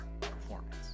performance